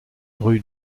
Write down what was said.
rue